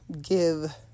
give